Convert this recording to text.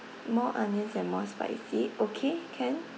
more onions and more spicy okay can